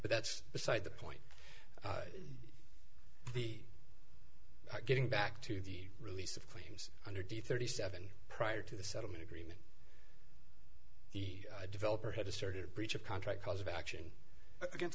but that's beside the point the getting back to the release of claims under d thirty seven prior to the settlement agreement the developer had asserted a breach of contract cause of action against